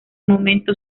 momento